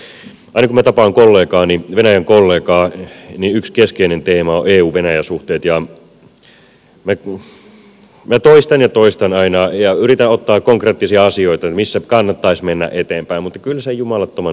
aina kun minä tapaan venäjän kollegaani niin yksi keskeinen teema on euvenäjä suhteet ja minä toistan ja toistan aina ja yritän ottaa konkreettisia asioita missä kannattaisi mennä eteenpäin mutta kyllä se jumalattoman nihkeätä on